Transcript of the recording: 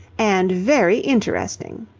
and very interesting.